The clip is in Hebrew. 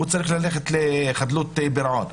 הוא צריך ללכת לחדלות פירעון.